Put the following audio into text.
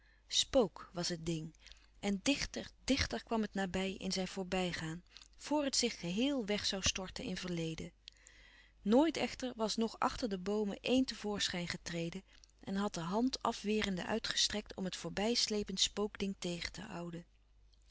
spook was het ding en dichter dichter kwam het nabij in zijn voorbij gaan voor het zich gehéel weg zoû storten in verleden nooit echter was nog achter de boomen éen te voorschijn getreden en had de hand afwerende uitgestrekt om het voorbij slepend spookding tegen te houden